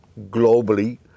globally